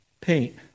paint